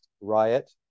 Riot